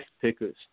pickers